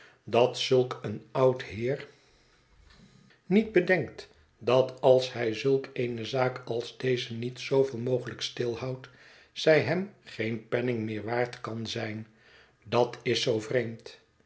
dat zulk een oud heer niet bedenkt dat als hij zulk eene zaak als deze niet zooveel mogelijk stilhoudt zij hem geen penning meer waard kan zijn dat is zoo vreemd